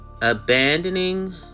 abandoning